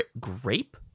Grape